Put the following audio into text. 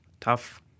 tough